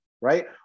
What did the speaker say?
right